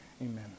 Amen